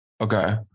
Okay